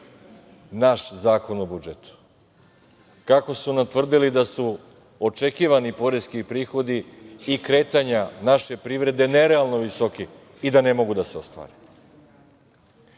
naš Zakon o budžetu, kako su nam tvrdili da su očekivani poreski prihodi i kretanja naše privrede nerealno visoki i da ne mogu da se ostvare.